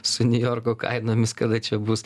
su niujorko kainomis kada čia bus